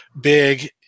big